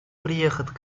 приехать